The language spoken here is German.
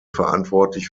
verantwortlich